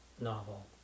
novel